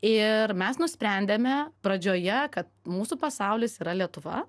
ir mes nusprendėme pradžioje kad mūsų pasaulis yra lietuva